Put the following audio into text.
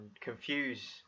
confuse